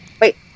Wait